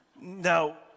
Now